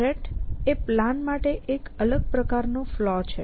threat એ plan માટે એક અલગ પ્રકાર નો ફલૉ છે